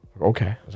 Okay